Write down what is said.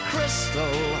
Crystal